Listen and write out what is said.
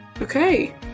Okay